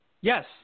Yes